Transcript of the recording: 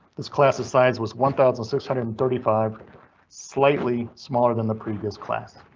this class size was one thousand six hundred and thirty five slightly smaller than the previous class.